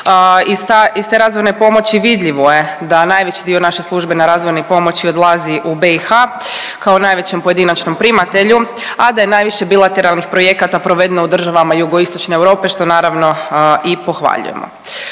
Iz te razvojne pomoći vidljivo je da najveći dio naše službene razvojne pomoći odlazi u BiH kao najvećem pojedinačnom primatelju, a da je najviše bilateralnih projekata provedeno u državama Jugoistočne Europe što naravno i pohvaljujemo.